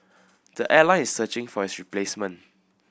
the airline is searching for his replacement